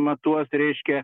matuos reiškia